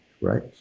right